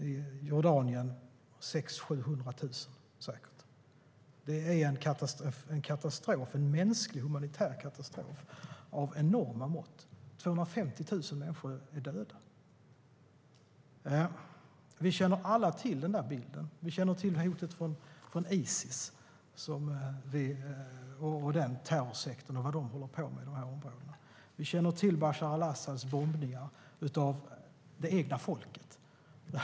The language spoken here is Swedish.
I Jordanien är det säkert 600 000-700 000. Det är en katastrof - en mänsklig, humanitär katastrof - av enorma mått. 250 000 människor är döda. Vi känner alla till den bilden. Vi känner till hotet från Isis, terrorsekten, och vad den håller på med i de här områdena. Vi känner till Bashar al-Asads bombningar av det egna folket.